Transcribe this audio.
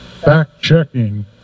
Fact-checking